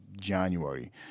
January